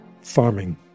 Farming